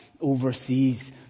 overseas